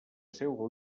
seua